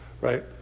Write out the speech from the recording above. Right